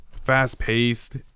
Fast-paced